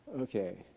Okay